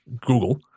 Google